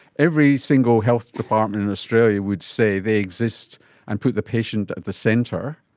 every single health department in australia would say they exist and put the patient at the centre.